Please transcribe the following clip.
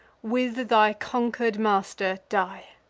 with thy conquer'd master die